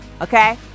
Okay